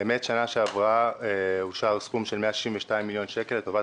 באמת בשנה שעברה אושר סכום של 162 מיליון שקל לטובת